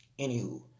anywho